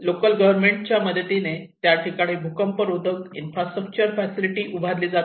local government च्या मदतीने त्या ठिकाणी भूकंप रोधक इन्फ्रास्ट्रक्चर फॅसिलिटी उभारली जाते